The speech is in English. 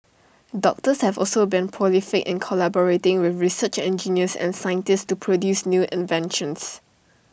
doctors have also been prolific in collaborating with research engineers and scientists to produce new inventions